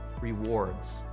rewards